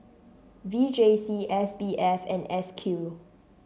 V J C S B F and S Q